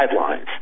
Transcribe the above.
guidelines